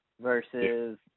versus